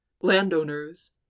landowners